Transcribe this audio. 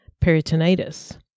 peritonitis